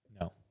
No